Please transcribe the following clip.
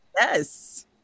Yes